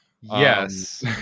Yes